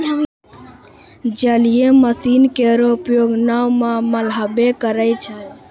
जलीय मसीन केरो उपयोग नाव म मल्हबे करै छै?